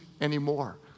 anymore